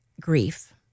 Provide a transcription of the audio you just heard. grief